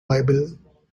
bible